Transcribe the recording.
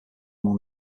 among